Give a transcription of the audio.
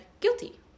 guilty